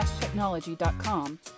Technology.com